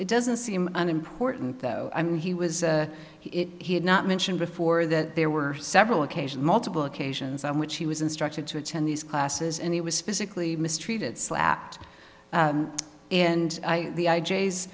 it doesn't seem unimportant though i mean he was he had not mentioned before that there were several occasions multiple occasions on which he was instructed to attend these classes and he was physically mistreated slapped and i t